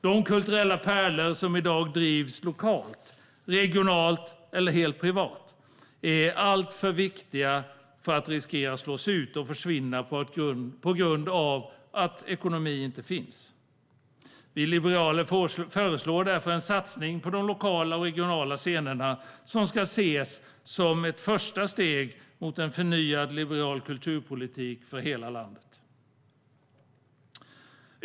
De kulturella pärlor som i dag drivs lokalt, regionalt eller helt privat är alltför viktiga för att riskera att slås ut och försvinna på grund av att ekonomin inte finns. Vi liberaler föreslår därför en satsning på de lokala och regionala scenerna som ska ses som ett första steg mot en förnyad liberal kulturpolitik för hela landet.